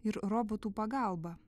ir robotų pagalba